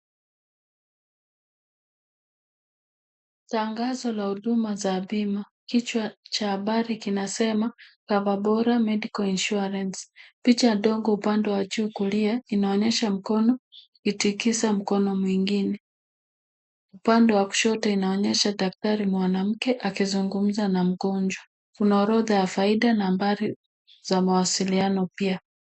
Tangazo cha bila cha huduma kichwa cha habari kinasema Cover Bora Medical Insurance. Picha dogo upande wa juu kulia inaonyesha mkono ikitikiza mkono mwingine. Upande wa kushoto inaonyesha daktari mwanamke akizungumza na mgonjwa. Kuna orodha ya faida, nambari za mawasiliano pia.